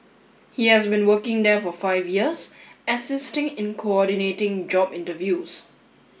he has been working there for five years assisting in coordinating job interviews